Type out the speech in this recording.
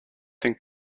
think